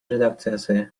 редакциясы